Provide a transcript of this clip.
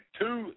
two